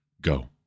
Go